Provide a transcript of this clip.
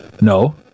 No